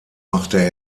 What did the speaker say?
machte